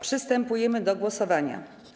Przystępujemy do głosowania.